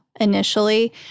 Initially